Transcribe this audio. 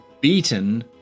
beaten